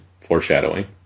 foreshadowing